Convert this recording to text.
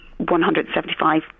175